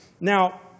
Now